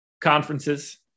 conferences